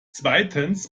zweitens